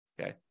Okay